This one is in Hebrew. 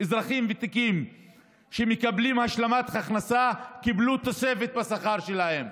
אזרחים ותיקים שמקבלים השלמת הכנסה קיבלו תוספת בשכר שלהם,